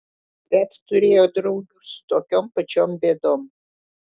bet turėjo draugių su tokiom pačiom bėdom